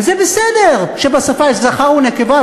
וזה בסדר שבשפה יש זכר ונקבה,